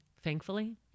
thankfully